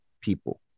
people